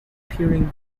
peering